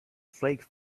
flakes